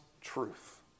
truth